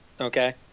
Okay